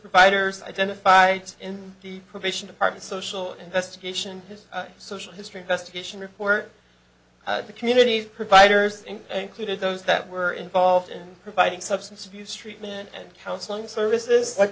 providers identified in the probation department social investigation his social history investigation report the community providers included those that were involved in providing substance abuse treatment and counseling services